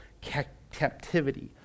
captivity